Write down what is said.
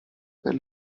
per